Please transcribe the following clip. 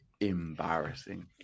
embarrassing